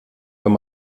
wenn